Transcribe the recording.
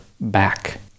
back